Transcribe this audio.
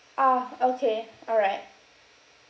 ah okay all right